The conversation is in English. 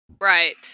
Right